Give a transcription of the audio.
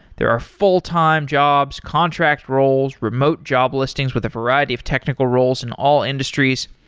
there are fulltime jobs, contract roles, remote job listings with a variety of technical roles in all industries,